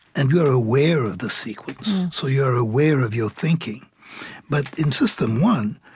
and you are aware of the sequence, so you are aware of your thinking but in system one,